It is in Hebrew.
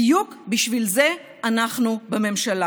בדיוק בשביל זה אנחנו בממשלה.